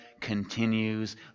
continues